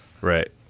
Right